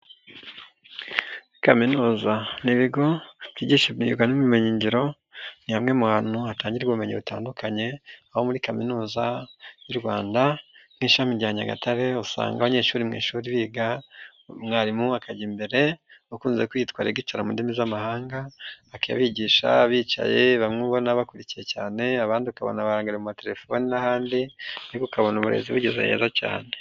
Kaminuza n'ibigo byigisha imyuga n'ubumenyi ngiro ni hamwe mu hantu hatangirwa ubumenyi butandukanye, aho muri kaminuza y'u Rwanda nk'ishami rya Nyagatare usanga abanyeshuri mu ishuri biga umwarimu akajya imbere, ukunze kwitwa lecturer mu indimi z'amahanga, akabigisha bicaye bamubona bakurikiye cyane abandi ukabona barangariye mu matelefoni n'ahandi ariko ukabona uburezi bugeze heza cyane.